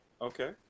Okay